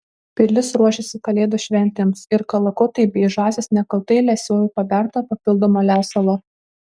pilis ruošėsi kalėdų šventėms ir kalakutai bei žąsys nekaltai lesiojo pabertą papildomą lesalą